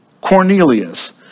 Cornelius